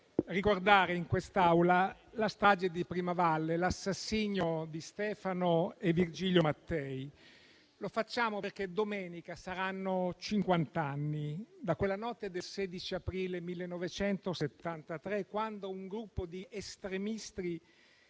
ricordare in quest'Aula la strage di Primavalle, l'assassinio di Stefano e Virgilio Mattei. Lo facciamo perché domenica saranno cinquant'anni da quella notte del 16 aprile 1973, quando un gruppo di estremisti